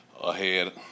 ahead